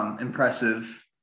Impressive